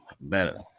better